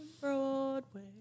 Broadway